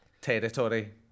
territory